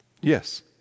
Yes